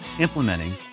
implementing